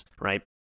right